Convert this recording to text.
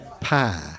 pie